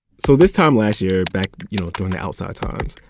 so this time last year, back, you know, during the outside times,